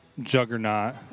juggernaut